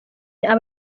aba